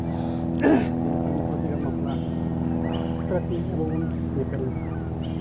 ᱛᱮᱦᱤᱧ ᱥᱟᱹᱜᱩᱱ ᱵᱟᱯᱞᱟ ᱪᱮᱫ ᱞᱮᱠᱟᱢ ᱵᱟᱯᱞᱟᱜᱼᱟ ᱛᱟᱦᱚᱞᱮ ᱛᱮᱦᱤᱧ ᱟᱵᱚ ᱵᱚᱱ ᱧᱮᱯᱮᱞ ᱮᱱᱟ